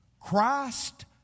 Christ